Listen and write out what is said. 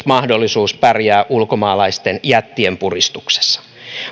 mahdollisuus pärjätä ulkomaalaisten jättien puristuksessa